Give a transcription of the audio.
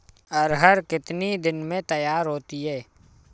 अरहर कितनी दिन में तैयार होती है?